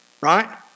right